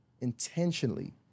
intentionally